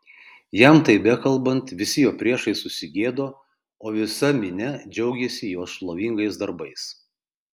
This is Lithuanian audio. jam tai bekalbant visi jo priešai susigėdo o visa minia džiaugėsi jo šlovingais darbais